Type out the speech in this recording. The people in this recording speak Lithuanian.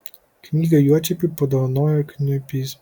knygą juočepiui padovanojo kniuipys